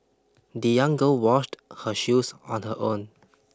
the young girl washed her shoes on her own